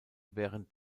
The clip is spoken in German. während